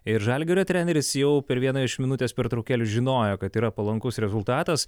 ir žalgirio treneris jau per vieną iš minutės pertraukėlių žinojo kad yra palankus rezultatas